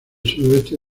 sudoeste